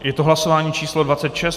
Je to hlasování číslo 26.